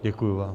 Děkuji vám.